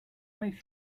makes